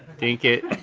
dink it.